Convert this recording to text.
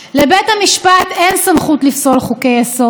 לבית המשפט אין סמכות לפסול חוקי-יסוד.